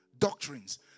Doctrines